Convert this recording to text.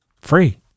Free